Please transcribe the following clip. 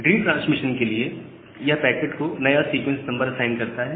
retransmission के लिए भी यह पैकेट को नया सीक्वेंस नंबर असाइन करता है